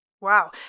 Wow